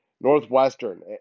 Northwestern